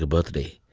birthday.